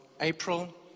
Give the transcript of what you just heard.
April